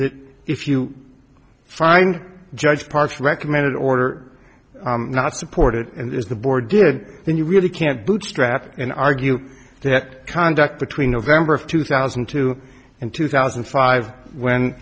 that if you find judge parks recommended order not supported and is the board did then you really can't bootstrap and argue that conduct between november of two thousand and two and two thousand and five when